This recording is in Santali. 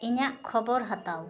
ᱤᱧᱟᱹᱜ ᱠᱷᱚᱵᱚᱨ ᱦᱟᱛᱟᱣ